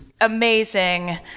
amazing